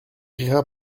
rira